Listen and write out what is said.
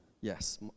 Yes